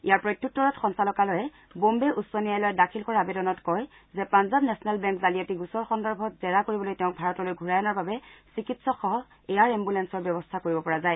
ইয়াৰ প্ৰত্যুত্তৰত সঞ্চালকালয়ে বম্বে উচ্চ ন্যায়ালয়ত দাখিল কৰা আৱেদনত কয় যে পাঞ্জাব নেখনেল বেংক জালিয়াতি গোচৰ সন্দৰ্ভত জেৰা কৰিবলৈ তেওঁক ভাতৰলৈ ঘূৰাই অনাৰ বাবে চিকিৎসকসহ এয়াৰ এঘুলেন্সৰ ব্যৱস্থা কৰিব পৰা যায়